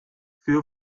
für